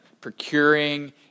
procuring